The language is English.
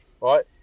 right